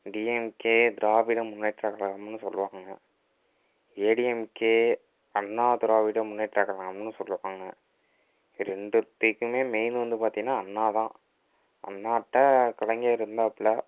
D M K Dravida Munnetra கழகம்னு சொல்வாங்க A D M K Anna Dravida Munnetra கழகம்னு சொல்வாங்க ரெண்டுத்துக்குமே மெயின் வந்து பார்த்தீங்கன்னா அண்ணா தான் அண்ணாட்ட கலைஞர் இருந்தாப்பில